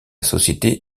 société